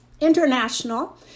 international